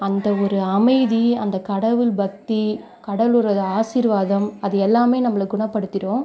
அந்த ஒரு அமைதி அந்த கடவுள் பக்தி கடவுளோட ஆசீர்வாதம் அது எல்லாமே நம்பளை குணப்படுத்திடும்